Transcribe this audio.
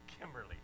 Kimberly